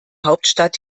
hauptstadt